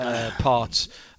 parts